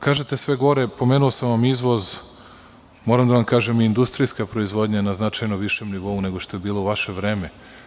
Kažete sve gore, pomenuo sam vam izvoz, moram da vam kažem i industrijska proizvodnja je na značajno višem niovu nego što je bilo u vaše vreme.